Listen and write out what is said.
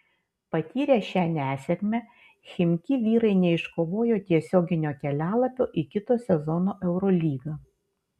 patyrę šią nesėkmę chimki vyrai neiškovojo tiesioginio kelialapio į kito sezono eurolygą